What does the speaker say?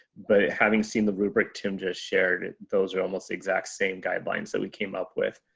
but having seen the rubric tim just shared those are almost exact same guidelines that we came up with.